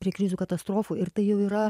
prie krizių katastrofų ir tai jau yra